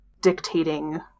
dictating